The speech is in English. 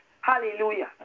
Hallelujah